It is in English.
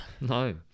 no